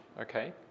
Okay